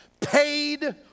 paid